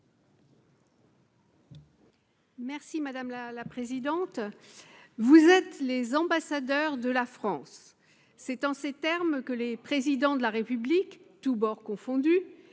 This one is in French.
Lepage, sur l'article. « Vous êtes les ambassadeurs de la France. » C'est en ces termes que les Présidents de la République, tous bords confondus,